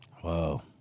Whoa